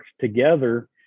together